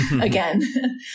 again